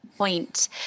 point